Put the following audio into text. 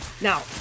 now